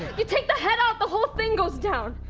you take the head off, the whole thing goes down